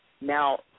Now